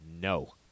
no